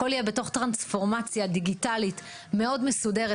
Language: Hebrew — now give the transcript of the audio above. הכול יהיה בתוך טרנספורמציה דיגיטלית מאוד מסודרת,